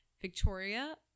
Victoria